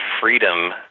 freedom